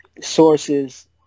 sources